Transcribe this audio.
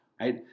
right